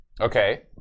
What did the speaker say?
Okay